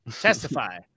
testify